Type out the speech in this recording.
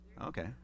Okay